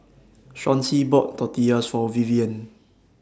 Chauncy bought Tortillas For Vivienne